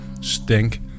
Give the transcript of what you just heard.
stink